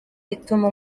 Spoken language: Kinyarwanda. rituma